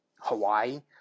Hawaii